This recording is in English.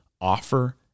offer